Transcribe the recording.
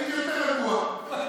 הייתי יותר רגוע.